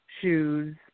shoes